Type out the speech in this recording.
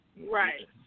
Right